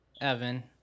Evan